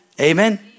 Amen